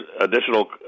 additional